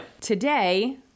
Today